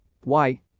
Why